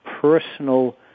personal